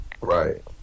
right